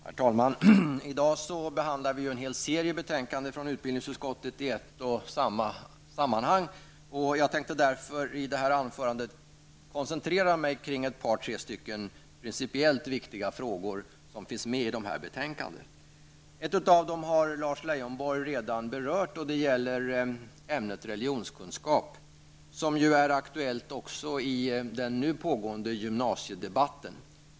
Herr talman! Vi behandlar i dag i ett sammanhang en hel rad betänkanden från utbildningsutskottet. Jag tänkte därför i detta anförande koncentrera mig på några principiellt viktiga frågor som finns med i dessa betänkanden. En av dessa frågor har Lars Leijonborg redan berört. Det gäller ämnet religionskunskap, vilket är aktuellt också i den nu pågående gymnasiedebatten.